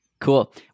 Cool